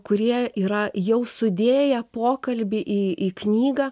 kurie yra jau sudėję pokalbį į į knygą